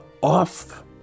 off